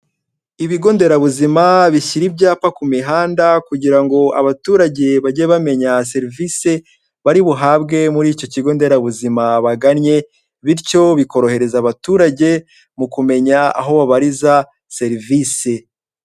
Ibigo Nderabuzima bishyira ibyapa ku mihanda kugira ngo abaturage bajye bamenya serivisi bari buhabwe muri icyo Kigo Nderabuzima bagannye, bityo bikorohereza abaturage mu kumenya aho babariza serivisi.